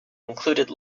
included